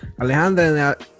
Alejandra